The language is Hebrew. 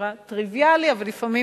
דבר טריוויאלי,